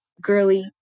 girly